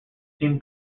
team